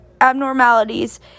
abnormalities